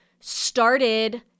started